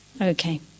Okay